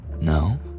No